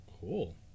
Cool